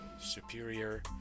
superior